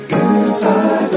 inside